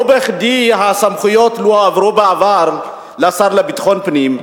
לא בכדי הסמכויות לא הועברו בעבר לשר לביטחון פנים.